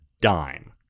dime